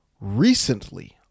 recently